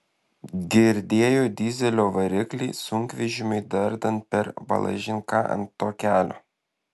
girdėjo dyzelio variklį sunkvežimiui dardant per balažin ką ant to kelio